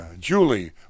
Julie